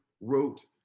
wrote